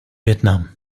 vietnam